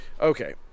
Okay